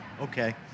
Okay